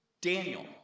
Daniel